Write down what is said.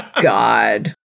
God